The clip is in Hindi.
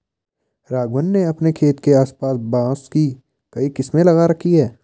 राघवन ने अपने खेत के आस पास बांस की कई किस्में लगा रखी हैं